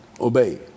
Obey